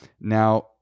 Now